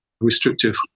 restrictive